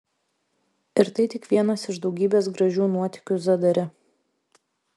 ir tai tik vienas iš daugybės gražių nuotykių zadare